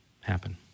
happen